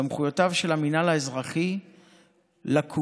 סמכויותיו של המינהל האזרחי לקוחות